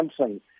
Samsung